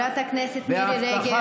חברת הכנסת מירי רגב.